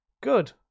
good